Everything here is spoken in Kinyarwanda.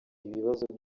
ibibazo